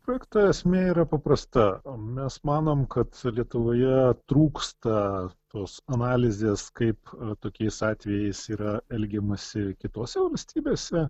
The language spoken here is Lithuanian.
projekto esmė yra paprasta mes manom kad lietuvoje trūksta tos analizės kaip tokiais atvejais yra elgiamasi kitose valstybėse